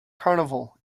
carnival